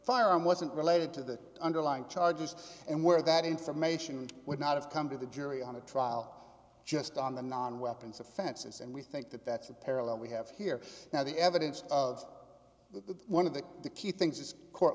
fire arm wasn't related to the underlying charges and where that information would not of come to the jury on a trial just on the non weapons of fences and we think that that's of parallel we have here now the evidence of that the one of the the key things is court